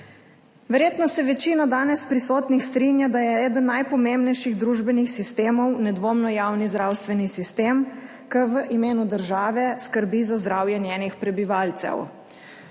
Verjetno se večina danes prisotnih strinja, da je eden najpomembnejših družbenih sistemov nedvomno javni zdravstveni sistem, ki v imenu države skrbi za zdravje njenih prebivalcev.